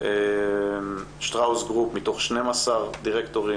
מתוך 12 דירקטורים,